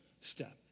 step